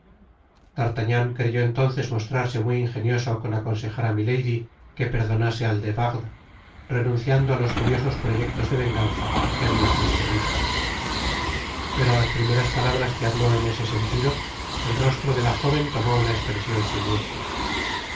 d'artagnan creyó entonces mostrarse muy ingenioso con aconsejar á milady que perdonase al de wardes renunciando a los furiosos proyectos de venganza que habia concebido pero á las primeras palabras que habló en ese sentido el rostro de la jóven tomó una espresion siniestra